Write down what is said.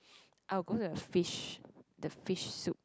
I will go to the fish the fish soup